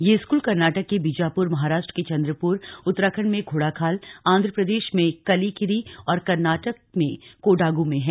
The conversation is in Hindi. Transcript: ये स्कूल कर्नाटक के बीजापुर महाराष्ट्र के चंद्रपुर उत्तराखंड में घोड़ाखाल आंध्र प्रदेश में में के कलिकिरी और कर्नाटक में कोडागु में ह हैं